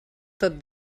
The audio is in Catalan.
tot